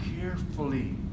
carefully